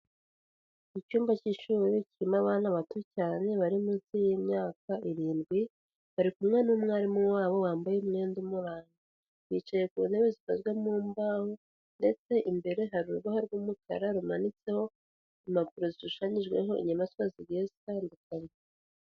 Icyumba cy'ishuri kirimo abana bato cyane bari munsi y'imyaka irindwi bari kumwe n'umwarimu wabo wambaye umwenda umuranga, bicaye ku ntebe zikozwe mu mbaho ndetse imbere hari urubaho rw'umukara rumanitseho impapuro zishushanyijweho inyamaswa zigiye zitandukanye.